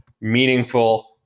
meaningful